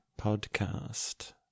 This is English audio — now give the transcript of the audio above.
Podcast